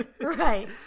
right